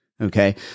Okay